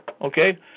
Okay